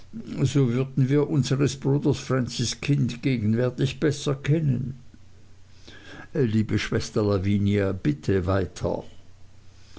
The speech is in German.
so würden wir unseres bruders francis kind gegenwärtig besser kennen liebe schwester lavinia bitter weiter